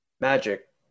Magic